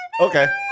okay